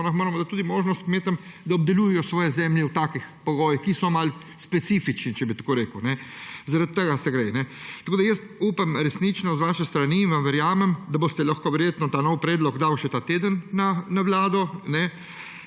kmetom tudi možnost, da obdelujejo svojo zemljo v takih pogojih, ki so malo specifični, če bi tako rekel. Za to gre. Tako da jaz upam, da je resnično z vaše strani, in vam verjamem, da boste lahko verjetno ta novi predlog dali še ta teden na Vlado.